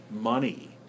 money